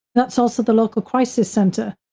that's also the local crisis center.